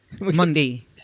Monday